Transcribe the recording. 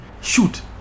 shoot